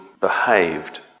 behaved